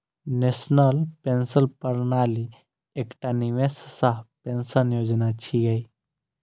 national pension प्रणाली एकटा निवेश सह पेंशन योजना छियै